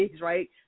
right